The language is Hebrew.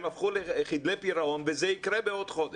הם הפכו לחדלי פירעון וזה יקרה בעוד חודש.